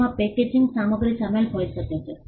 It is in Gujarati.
તેમાં પેકેજિંગ સામગ્રી શામેલ હોઈ શકે છે